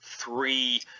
three